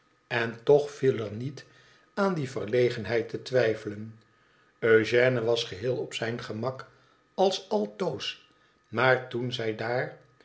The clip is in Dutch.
en toch viel er niet aan die verlegenheid te twijfelen eugène was geheel op zijn gemak als altoos maar toen zij daar